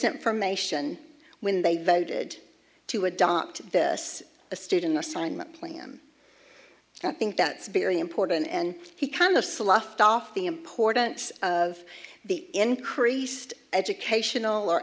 information when they voted to adopt this a student assignment play i'm don't think that's very important and he kind of sloughed off the importance of the increased educational or